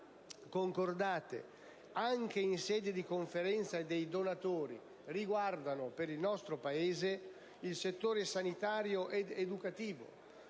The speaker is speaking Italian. concordate anche in sede di Conferenza dei donatori riguardano, per il nostro Paese, il settore sanitario ed educativo,